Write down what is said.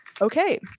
Okay